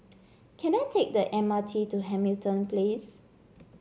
can I take the M R T to Hamilton Place